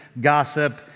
gossip